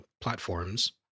platforms